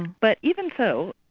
but even so,